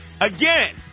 again